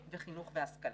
חינוך והשכלה.